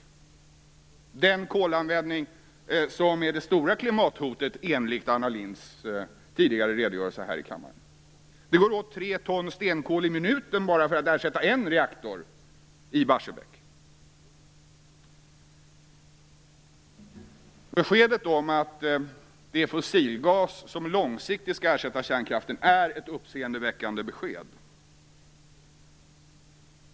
Det är den kolanvändningen som är det stora klimathotet, enligt Anna Lindhs tidigare redogörelse här i kammaren. Det går åt tre ton stenkol i minuten bara för att ersätta en reaktor i Barsebäck. Beskedet om att det är fossilgas som långsiktigt skall ersätta kärnkraften är ett uppseendeväckande besked.